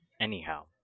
Anyhow